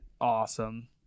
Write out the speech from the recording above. Awesome